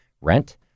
rent